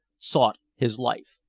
sought his life.